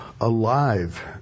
alive